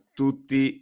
tutti